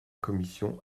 commission